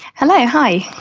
hello, hi.